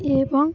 ଏବଂ